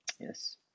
yes